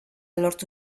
lortu